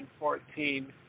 2014